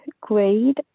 grade